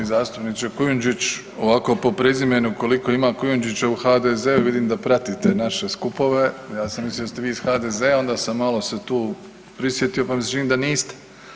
Poštovani zastupniče Kujundžić, ovako po prezimenu koliko ima Kujundžića u HDZ-u, vidim da pratite naše skupove, ja sam mislio da ste vi iz HDZ-a a onda sam malo se tu prisjetio, pa mi se čini da niste.